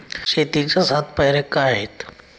शेतीच्या सात पायऱ्या काय आहेत?